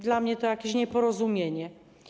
Dla mnie to jakieś nieporozumienie.